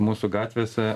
mūsų gatvėse